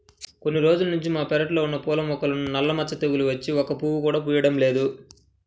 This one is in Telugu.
కొన్ని రోజుల్నుంచి మా పెరడ్లో ఉన్న పూల మొక్కలకు నల్ల మచ్చ తెగులు వచ్చి ఒక్క పువ్వు కూడా పుయ్యడం లేదు